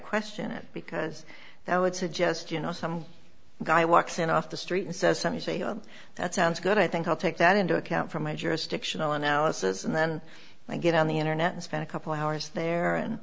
question it because that would suggest you know some guy walks in off the street and says something say oh that sounds good i think i'll take that into account for my jurisdictional analysis and then i get on the internet and spend a couple hours there and